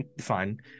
fine